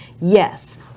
yes